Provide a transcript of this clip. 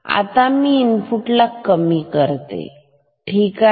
आता मी इनपुटला कमी करते ठीक आहे